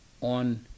on